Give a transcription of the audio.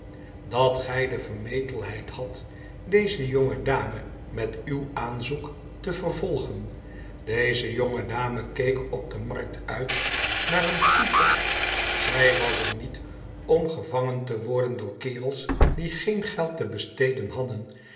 dat gij de vermetelheid hadt deze jonge dame met uw aanzoek te vervolgen f deze jonge dame keek op de markt uit naar een goed bod zij was er niet om gevangen te worden door kerels die geen geld te besteden hadden